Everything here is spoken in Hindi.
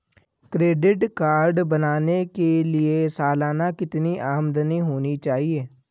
क्रेडिट कार्ड बनाने के लिए सालाना कितनी आमदनी होनी चाहिए?